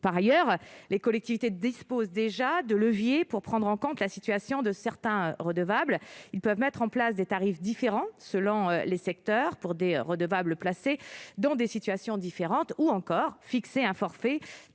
Par ailleurs, les collectivités disposent déjà de leviers pour prendre en compte la situation de certains redevables. Ils peuvent mettre en place des tarifs différents selon les secteurs pour des redevables placés dans des situations différentes, ou encore fixer un forfait